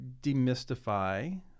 demystify